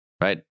right